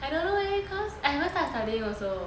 I don't know leh cause I haven't start studying also